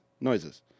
noises